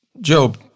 Job